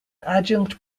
adjunct